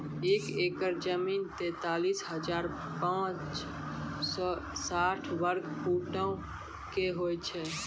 एक एकड़ जमीन, तैंतालीस हजार पांच सौ साठ वर्ग फुटो के होय छै